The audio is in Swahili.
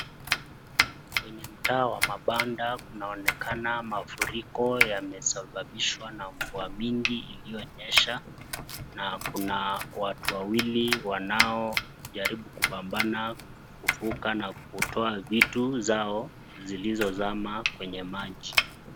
Kwenye mtaa wa mabanda kunaonekana mafuriko yamesababishwa na mvua mingi ilionyesha na kuna watu wawili wanaojaribu kupambana kuvuka na kutoa vitu zao zilizozama kwenye maji.